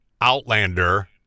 outlander